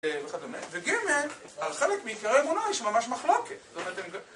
וכדומה, וג', על חלק מעיקרי האמונה יש ממש מחלוקת